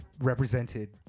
represented